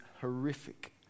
horrific